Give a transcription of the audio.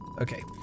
Okay